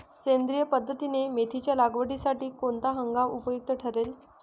सेंद्रिय पद्धतीने मेथीच्या लागवडीसाठी कोणता हंगाम उपयुक्त ठरेल?